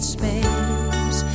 space